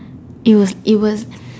it was it was